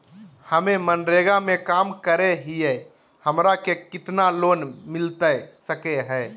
हमे मनरेगा में काम करे हियई, हमरा के कितना लोन मिलता सके हई?